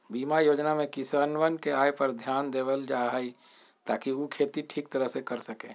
बीमा योजना में किसनवन के आय पर ध्यान देवल जाहई ताकि ऊ खेती ठीक तरह से कर सके